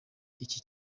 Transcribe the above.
iki